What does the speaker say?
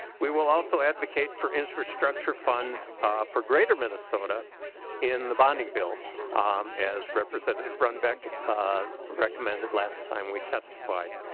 we will also advocate for infrastructure funds for greater minnesota in the bonding bill as representative runbeck recommended last time we testify.